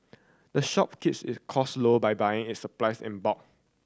the shop keeps its cost low by buying its supplies in bulk